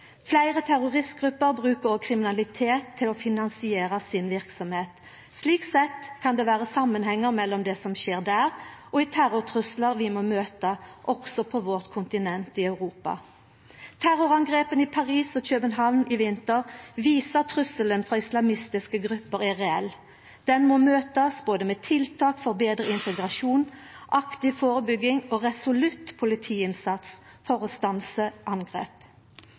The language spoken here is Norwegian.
Fleire terroristgrupper bruker òg kriminalitet til å finansiera si verksemd. Slik sett kan det vera ein samanheng mellom det som skjer der, og terrortruslar vi må møta også på vårt kontinent i Europa. Terrorangrepa i Paris og København i vinter viser at trusselen frå islamistiske grupper er reell. Han må møtast med både tiltak for betre integrasjon, aktiv førebygging og resolutt politiinnsats for å stansa angrep.